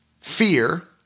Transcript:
fear